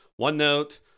OneNote